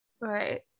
Right